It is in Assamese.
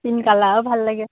পিংক কালাৰো ভাল লাগে